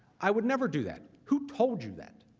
i would never do that, who told you that?